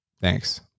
Thanks